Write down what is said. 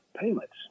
payments